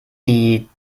die